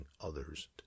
others